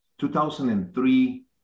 2003